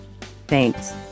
thanks